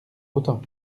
autant